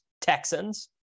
texans